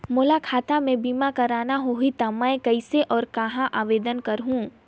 मोला खाता मे बीमा करना होहि ता मैं कइसे और कहां आवेदन करहूं?